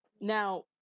Now